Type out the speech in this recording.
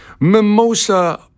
Mimosa